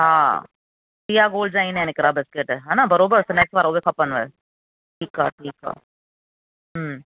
हा प्रिया गोल्ड जा ईंदा आहिनि हिकिड़ा बिस्कुट हा न बराबरि स्नेक्स वारा उहे खपनव ठीक आहे ठीक आहे हम्म